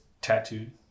tattooed